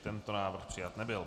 Tento návrh přijat nebyl.